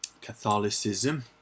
Catholicism